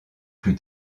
plus